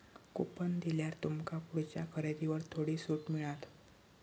coupon दिल्यार तुमका पुढच्या खरेदीवर थोडी सूट मिळात